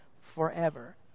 forever